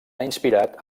inspirat